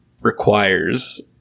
requires